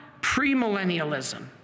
premillennialism